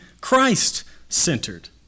Christ-centered